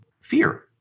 fear